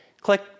click